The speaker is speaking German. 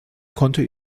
konnte